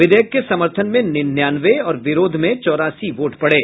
विधेयक के समर्थन में निन्यानवे और विरोध में चौरासी वोट पड़े